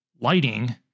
lighting